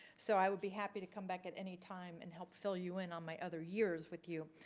so i would be happy to come back at any time and help fill you in on my other years with you.